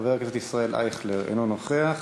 חבר הכנסת ישראל אייכלר, אינו נוכח.